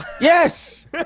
Yes